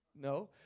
No